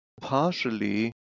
partially